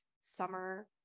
summer